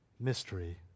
mystery